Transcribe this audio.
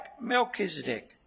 Melchizedek